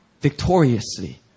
victoriously